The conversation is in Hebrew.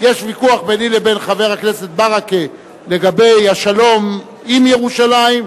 יש ויכוח ביני לבין חבר הכנסת ברכה לגבי השלום עם ירושלים,